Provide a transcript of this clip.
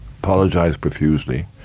apologised profusely,